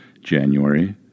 January